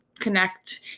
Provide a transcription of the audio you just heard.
connect